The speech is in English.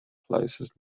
closest